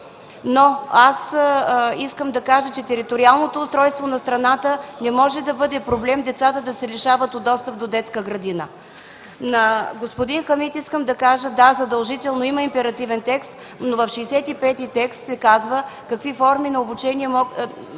Искам да кажа, че териториалното устройство на страната не може да бъде проблем децата да се лишават от достъп до детска градина. На господин Хамид искам да кажа: да, задължително има императивен текст, но в 65-и текст се казва какви форми на обучение могат